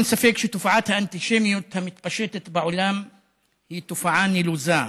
אין ספק שתופעת האנטישמיות המתפשטת בעולם היא תופעה נלוזה,